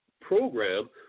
program